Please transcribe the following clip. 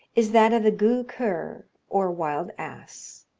is that of the ghoo-khur, or wild ass.